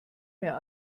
mehr